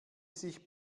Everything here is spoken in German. sich